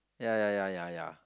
ya ya ya ya ya